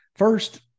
First